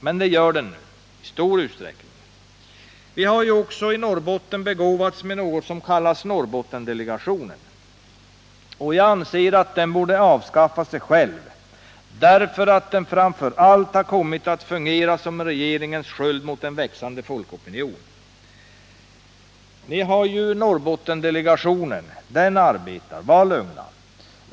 Men det gör den nu. I stor utsträckning. Vi har i Norrbotten begåvats med något som kallas för Norrbottendelegationen. Jag anser att den borde avskaffa sig själv — den har framför allt kommit att fungera som regeringens sköld mot en växande folkopinion. Ni har ju Norrbottendelegationen; den arbetar. Var lugna.